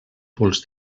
pols